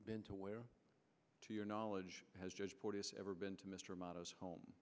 been to where to your knowledge has ever been to mr modest home